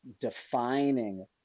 defining